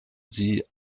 sie